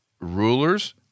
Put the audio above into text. rulers